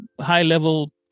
high-level